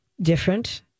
different